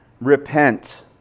Repent